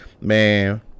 man